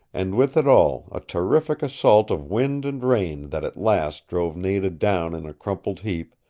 and with it all a terrific assault of wind and rain that at last drove nada down in a crumpled heap,